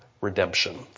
redemption